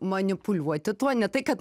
manipuliuoti tuo ne tai kad